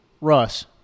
Russ